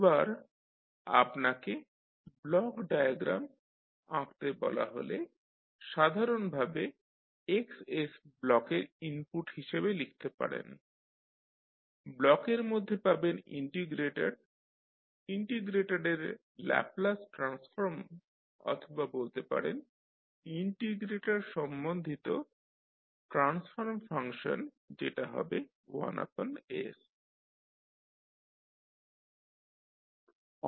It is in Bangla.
এবার আপনাকে ব্লক ডায়াগ্রাম আঁকতে বলা হলে সাধারণভাবে X ব্লকের ইনপুট হিসাবে লিখতে পারেন ব্লকের মধ্যে পাবেন ইন্টিগ্রেটর ইন্টিগ্রেটরের ল্যাপলাস ট্রান্সফর্ম অথবা বলতে পারেন ইন্টিগ্রেটর সম্বন্ধিত ট্রান্সফর্ম ফাংশন যেটা হবে 1s